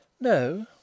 No